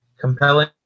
Compelling